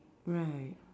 right